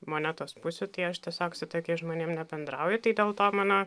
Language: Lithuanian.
monetos pusių tai aš tiesiog su tokiais žmonėm nebendrauju tai dėl to mano